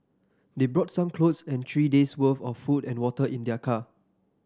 they brought some clothes and three days worth of food and water in their car